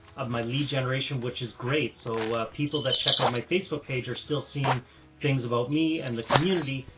of my lead generation, which is great. so, ah, people that check on my facebook page are still seeing things about me and the community,